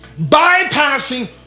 Bypassing